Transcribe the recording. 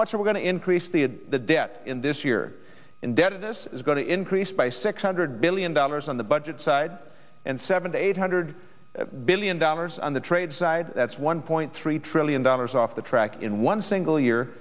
much we're going to increase the debt in this year indebtedness is going to increase by six hundred billion dollars on the budget side and seven to eight hundred billion dollars on the trade side that's one point three trillion dollars off the track in one single year